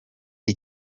com